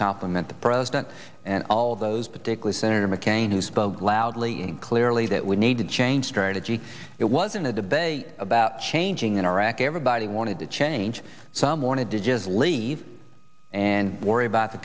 president and all those particular senator mccain who spoke loudly and clearly that we need to change strategy it wasn't a debate about changing in iraq everybody wanted to change some wanted to just leave and worry about the